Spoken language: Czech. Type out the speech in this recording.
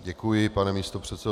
Děkuji, pane místopředsedo.